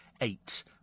eight